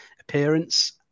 appearance